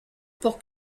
pour